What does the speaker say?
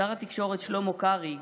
שר התקשורת שלמה קרעי,